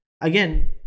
again